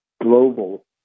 Global